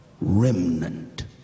Remnant